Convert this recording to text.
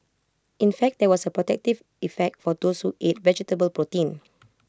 in fact there was A protective effect for those ate vegetable protein